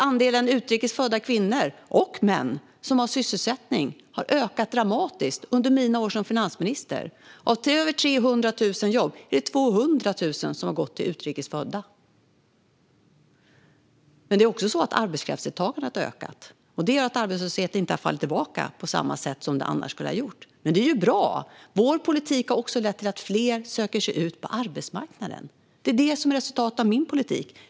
Andelen utrikes födda kvinnor och män som har sysselsättning har nämligen ökat dramatiskt under mina år som finansminister. Av över 300 000 jobb är det 200 000 jobb som har gått till utrikes födda. Men arbetskraftsdeltagandet har också ökat. Det gör att arbetslösheten inte har fallit tillbaka på samma sätt som den annars skulle ha gjort. Men det är bra. Vår politik har också lett till att fler söker sig ut på arbetsmarknaden. Det är det som är resultatet av min politik.